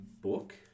book